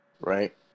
right